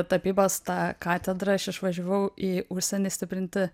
tapybos tą katedrą aš išvažiavau į užsienį stiprinti